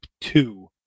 two